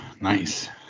Nice